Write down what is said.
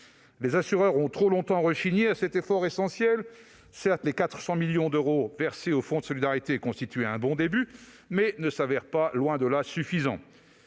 Les assureurs ont trop longtemps rechigné à faire cet effort essentiel : les 400 millions d'euros versés au Fonds de solidarité constituaient un bon début, mais ce n'est pas suffisant,